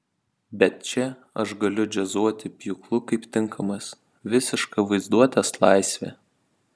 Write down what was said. bet čia aš galiu džiazuoti pjūklu kaip tinkamas visiška vaizduotės laisvė